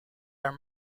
are